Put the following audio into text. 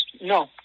no